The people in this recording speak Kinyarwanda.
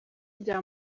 rya